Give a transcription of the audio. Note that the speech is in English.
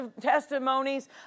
testimonies